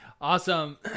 Awesome